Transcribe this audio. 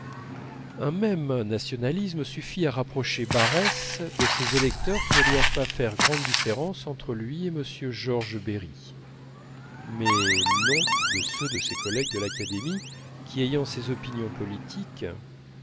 un même nationalisme suffit à rapprocher barrès de ses électeurs qui ne doivent pas faire grande différence entre lui et m georges berry mais non de ceux de ses collègues de l'académie qui ayant ses opinions politiques